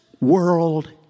world